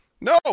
No